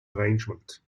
arrangement